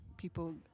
People